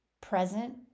present